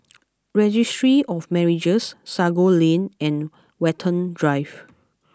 Registry of Marriages Sago Lane and Watten Drive